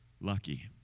lucky